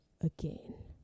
again